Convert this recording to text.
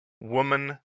woman